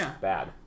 bad